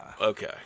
Okay